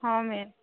ହଁ ମ୍ୟାମ